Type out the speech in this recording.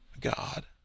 God